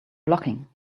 blocking